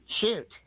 shoot